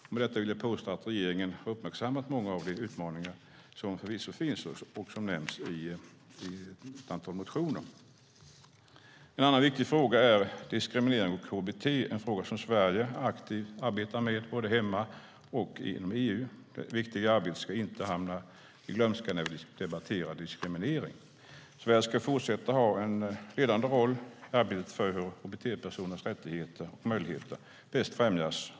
Med detta vill jag påstå att regeringen har uppmärksammat många av de utmaningar som förvisso finns och som nämns i ett antal motioner. En annan viktig fråga är diskriminering och hbt, en fråga som Sverige aktivt arbetar med både hemma och inom EU. Det viktiga arbetet ska inte hamna i glömska när vi debatterar diskriminering. Sverige ska fortsätta att ha en ledande roll i arbetet för hur hbt-personers rättigheter och möjligheter bäst främjas.